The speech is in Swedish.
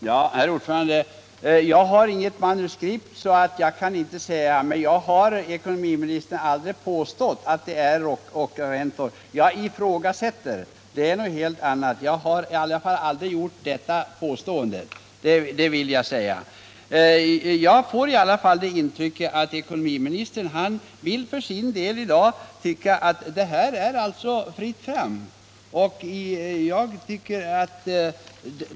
Nr 30 Herr talman! Jag har inget manuskript, så jag kan inte säga exakt hur jag formulerade mig. Jag har emellertid aldrig påstått att det är ockerräntor — jag ifrågasätter, och det är något annat. säden Jag får det intrycket att ekonomiministern för sin del tycker att det — Om lagstiftning mot skall vara fritt fram för bankerna.